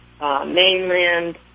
mainland